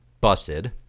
busted